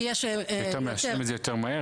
כי יש --- מאשרים את זה יותר מהר?